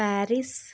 Paris